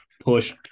Push